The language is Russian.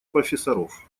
профессоров